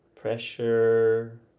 Pressure